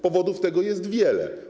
Powodów tego jest wiele.